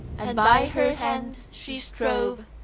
and by her hand she strove,